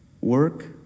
Work